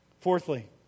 Fourthly